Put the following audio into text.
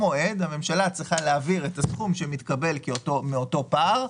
הממשלה צריכה להעביר את הסכום שמתקבל מאותו פער.